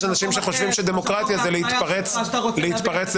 יש אנשים שחושבים שדמוקרטיה היא להתפרץ לדבר